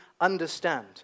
understand